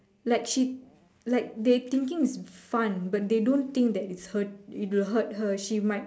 like she like they thinking it's fun but they don't think that it's hurt it will hurt her she might